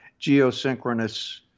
geosynchronous